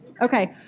Okay